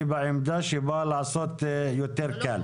היא בעמדה שבאה לעשות יותר קל.